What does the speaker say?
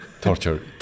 torture